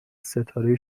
ستاره